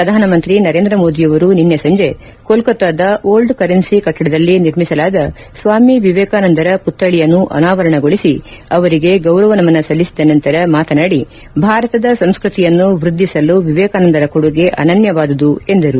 ಪ್ರಧಾನಮಂತ್ರಿ ನರೇಂದ್ರ ಮೋದಿಯವರು ನಿನ್ನೆ ಸಂಜೆ ಕೊಲ್ಕತ್ತಾದ ಓಲ್ಡ್ ಕರೆನ್ಸಿ ಕಟ್ಟಡದಲ್ಲಿ ನಿರ್ಮಿಸಲಾದ ಸ್ವಾಮಿ ವಿವೇಕಾನಂದರ ಮತ್ಥಳಿಯನ್ನು ಅನಾವರಣಗೊಳಿಸಿ ಅವರಿಗೆ ಗೌರವ ನಮನ ಸಲ್ಲಿಸಿದ ನಂತರ ಮಾತನಾಡಿ ಭಾರತದ ಸಂಸ್ಕೃತಿಯನ್ನು ವೃದ್ಧಿಸಲು ವಿವೇಕಾನಂದರ ಕೊಡುಗೆ ಅನನ್ಯವಾದುದು ಎಂದರು